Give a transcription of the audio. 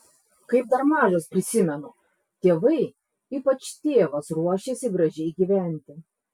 kaip dar mažas prisimenu tėvai ypač tėvas ruošėsi gražiai gyventi